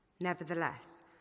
Nevertheless